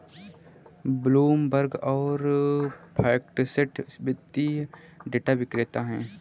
Bloomberg और FactSet वित्तीय data विक्रेता हैं